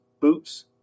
boots